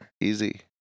Easy